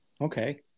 Okay